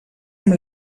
amb